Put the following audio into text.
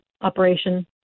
operation